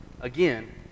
again